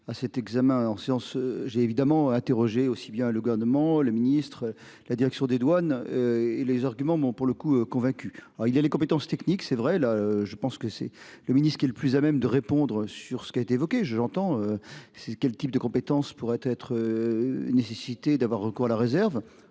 À cet examen en séance. J'ai évidemment interrogé aussi bien le gouvernement, le ministre, la Direction des douanes. Et les arguments. Bon, pour le coup convaincu. Alors il y a les compétences techniques. C'est vrai, là je pense que c'est le ministre, il est le plus à même de répondre sur ce qui a été évoqué je j'entends, c'est quel type de compétences pourraient être. Nécessité d'avoir recours à la réserve.